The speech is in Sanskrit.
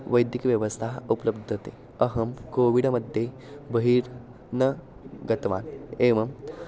वैद्यिकव्यवस्थाः उपलभ्यते अहं कोविडमध्ये बहिः न गतवान् एवं